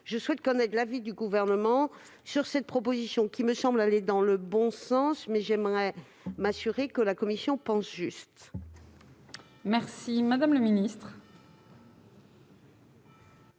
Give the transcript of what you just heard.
je souhaite connaître l'avis du Gouvernement sur cette proposition qui me semble aller dans le bon sens- mais j'aimerais m'assurer que la commission pense juste. Quel est